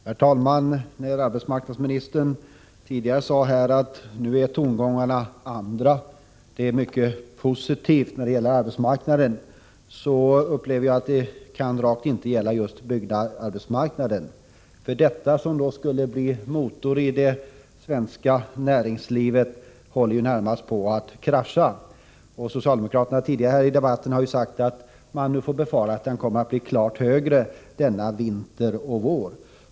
Herr talman! Arbetsmarknadsministern sade att tongångarna nu är annorlunda och att läget är mycket positivt när det gäller arbetsmarknaden. Jag menar att detta absolut inte kan gälla byggarbetsmarknaden. Byggarbetsmarknaden, som skulle bli en motor i det svenska näringslivet, håller närmast på att krascha. Socialdemokraterna tidigare i debatten har sagt att man nu får befara att arbetslösheten i den sektorn kommer att bli ännu högre under denna vinter och vår.